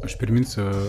aš priminsiu